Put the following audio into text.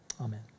Amen